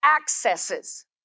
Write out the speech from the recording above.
accesses